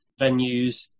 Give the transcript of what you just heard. venues